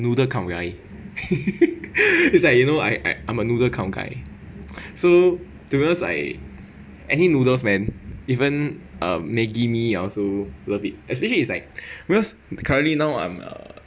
noodle kind of guy is I you know I I I'm a noodle kind of guy so to be honest I any noodles man even um maggi mee I also love it especially it's like because currently now I'm uh